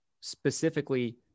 specifically